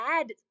add